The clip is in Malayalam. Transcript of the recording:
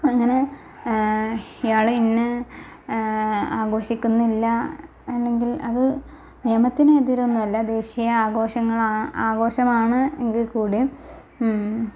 അങ്ങനെ ഇയാൾ ഇന്ന ആഘോഷിക്കുന്നില്ല അല്ലെങ്കിൽ അത് നിയമത്തിന് എതിരൊന്നുമല്ല ദേശീയ ആഘോഷങ്ങൾ ആഘോഷമാണ് എങ്കിൽ കൂടിയും